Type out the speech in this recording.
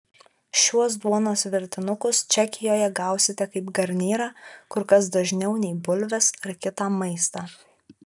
šiuo duonos virtinukus čekijoje gausite kaip garnyrą kur kas dažniau nei bulves ar kitą maistą